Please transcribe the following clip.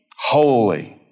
holy